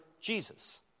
Jesus